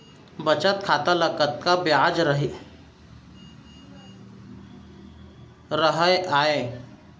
बचत खाता ल कतका ब्याज राहय आय?